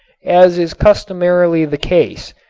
as is customarily the case,